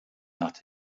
nach